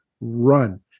run